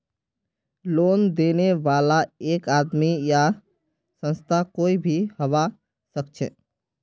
loan देने बाला एक आदमी या संस्था कोई भी हबा सखछेक